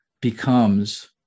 becomes